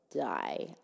die